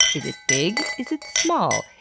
is it big, is it small,